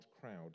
crowd